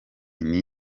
n’i